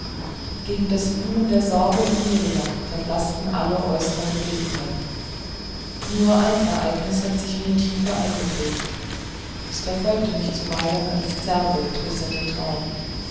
gegen das wühlen der sorge um mirjam verblaßten alle äußeren begebenheiten nur ein ereignis hatte sich mir tiefer eingeprägt es verfolgte mich zuweilen als zerrbild bis in den traum